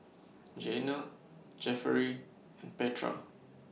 Jeana Jefferey and Petra